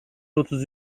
otuz